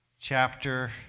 chapter